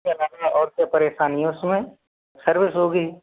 इसके अलावा और कोई परेशानी है उसमें खरोंच हो गई